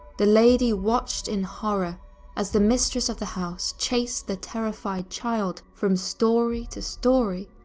the lady watched in horror as the mistress of the house chased the terrified child from storey to storey,